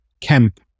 camp